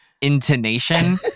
intonation